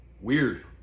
Weird